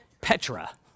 Petra